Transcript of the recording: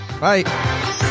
Bye